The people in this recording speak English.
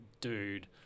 dude